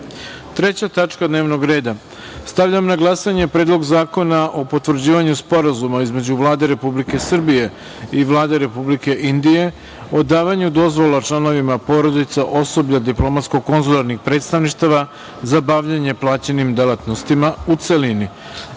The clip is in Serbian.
tačka dnevnog reda. Stavljam na glasanje Predlog zakona o potvrđivanju Sporazuma između Vlade Republike Srbije i Vlade Republike Indije o davanju dozvola članovima porodica osoblja diplomatsko-konzularnih predstavništava za bavljenje plaćenim delatnostima, u celini. Molim